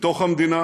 בתוך המדינה